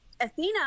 athena